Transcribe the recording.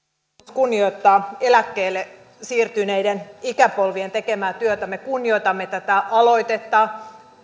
kunnioittaa eläkkeelle siirtyneiden ikäpolvien tekemää työtä me kunnioitamme tätä aloitetta